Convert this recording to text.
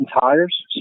tires